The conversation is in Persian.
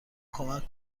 کمک